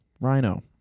Rhino